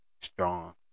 strong